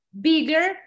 bigger